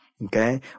okay